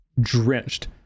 drenched